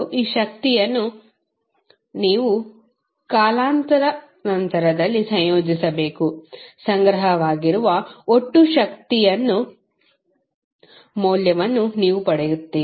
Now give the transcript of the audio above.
ಈ ಶಕ್ತಿಯನ್ನು ನೀವು ಕಾಲಾನಂತರದಲ್ಲಿ ಸಂಯೋಜಿಸಬೇಕು ಸಂಗ್ರಹವಾಗಿರುವ ಒಟ್ಟು ಶಕ್ತಿಯ ಮೌಲ್ಯವನ್ನು ನೀವು ಪಡೆಯುತ್ತೀರಿ